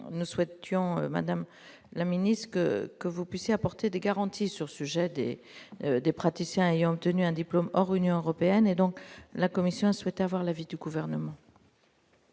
ne souhaite tuant, Madame la Ministre que que vous puissiez apporter des garanties sur sujet des des praticiens et obtenu un diplôme hors Union européenne et donc la Commission souhaite avoir l'avis du gouvernement.